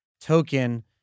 token